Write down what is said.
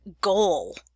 goal